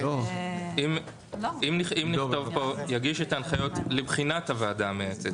אם נכתוב פה: יגיש את ההנחיות לבחינת הוועדה המייעצת